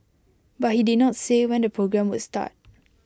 but he did not say when the programme would start